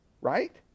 Right